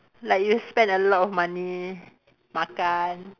like you spend a lot of money makan